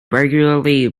regularly